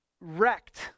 wrecked